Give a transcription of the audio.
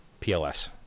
PLS